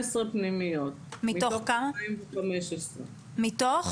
18 פנימיות, מתוך 215. מתוך